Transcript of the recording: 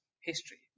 history